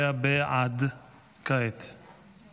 כ"ה באדר א' התשפ"ד (5 במרץ 2024)